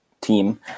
team